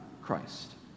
Christ